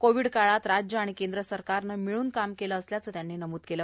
Covid काळात राज्य आणि केंद्र सरकारनं मिळून काम केलं असल्याचं त्यांनी नमूद केलं